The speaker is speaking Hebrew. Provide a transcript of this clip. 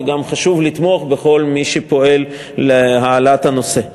וגם חשוב לתמוך בכל מי שפועל להעלאת הנושא.